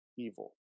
evil